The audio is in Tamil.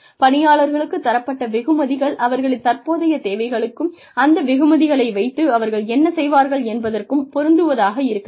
பணியாளர்களுக்குத் தரப்பட்ட வெகுமதிகள் அவர்களின் தற்போதைய தேவைகளுக்கும் அந்த வெகுமதிகளை வைத்து அவர்கள் என்ன செய்வார்கள் என்பதற்கும் பொருந்துவதாக இருக்க வேண்டும்